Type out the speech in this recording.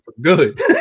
good